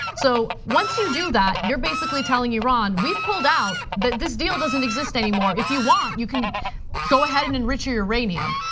so once you do that you're basically telling you iran we've pulled out. this deal doesn't exist anymore. if you want, you can go ahead and enrich your uranium,